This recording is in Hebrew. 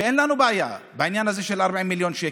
ואין לנו בעיה בעניין הזה של 40 מיליון שקל.